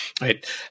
right